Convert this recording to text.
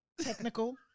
Technical